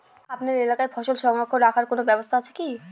আপনার এলাকায় ফসল সংরক্ষণ রাখার কোন ব্যাবস্থা আছে কি?